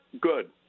Good